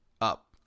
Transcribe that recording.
up